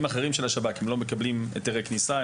אחרים של השב״כ - הם לא מקבלים היתרי כניסה,